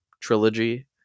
trilogy